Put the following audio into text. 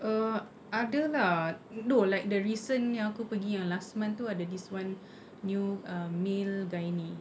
err ada lah but no like the recent punya yang aku pergi yang last month tu ada this one new um male gynae